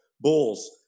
Bulls